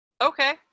Okay